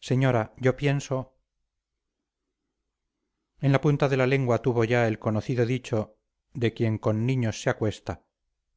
señora yo pienso en la punta de la lengua tuvo ya el conocido dicho de quien con niños se acuesta